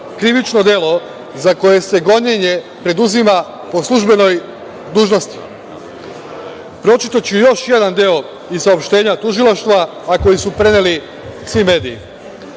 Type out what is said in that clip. krivično delo za koje se gonjenje preduzima po službenoj dužnosti. Pročitaću još jedan deo iz saopštenja Tužilaštva, a koji su preneli svi mediji. Naime,